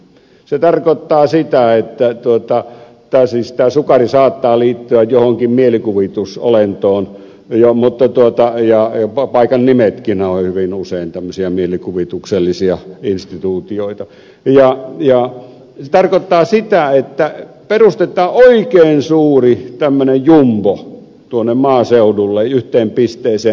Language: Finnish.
se tarkoittaa sitä tämä sukari siis saattaa liittyä johonkin mielikuvitusolentoon ja paikannimetkinhän ovat hyvin usein tämmöisiä mielikuvituksellisia instituutioita että perustetaan oikein suuri tämmöinen jumbo tuonne maaseudulle yhteen pisteeseen